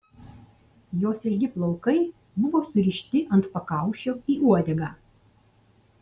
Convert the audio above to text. jos ilgi plaukai buvo surišti ant pakaušio į uodegą